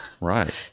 Right